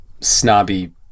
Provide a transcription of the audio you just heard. snobby